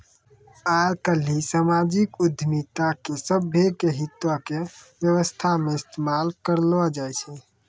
आइ काल्हि समाजिक उद्यमिता के सभ्भे के हितो के व्यवस्था मे इस्तेमाल करलो जाय छै